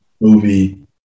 movie